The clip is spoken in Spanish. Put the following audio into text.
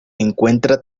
encuentra